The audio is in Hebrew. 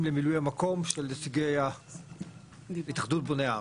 למילוי המקום של נציגי התאחדות בוני הארץ.